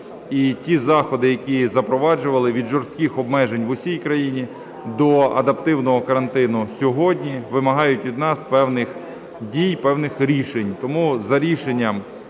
ті заходи, які запроваджували, від жорстких обмежень в усій країні до адаптивного карантину сьогодні, вимагають від нас певних дій, певних рішень.